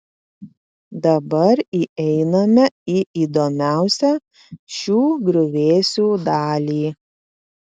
dabar įeiname į įdomiausią šių griuvėsių dalį